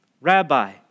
Rabbi